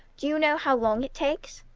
do you know how long it takes?